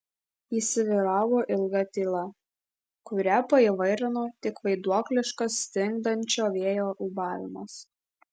įsivyravo ilga tyla kurią paįvairino tik vaiduokliškas stingdančio vėjo ūbavimas